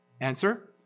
Answer